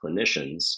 clinicians